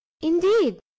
Indeed